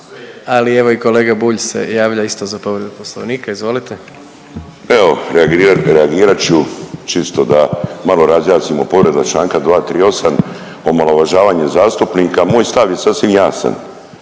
ali evo i kolega Bulj se javlja isto za povredu Poslovnika. Izvolite. **Bulj, Miro (MOST)** Evo reagirat ću čisto da malo razjasnimo. Povreda Članka 238., omalovažavanje zastupnika. Moj stav je sasvim jasan.